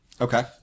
Okay